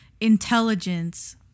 intelligence